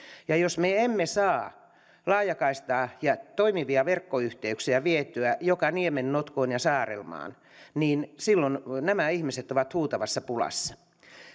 jos me emme saa laajakaistaa ja toimivia verkkoyhteyksiä vietyä joka niemeen notkoon ja saarelmaan silloin nämä ihmiset ovat huutavassa pulassa